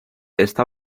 está